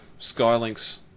Skylinks